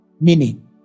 meaning